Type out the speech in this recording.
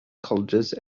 colleges